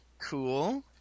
Cool